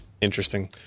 interesting